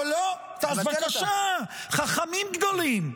אז בבקשה, חכמים גדולים.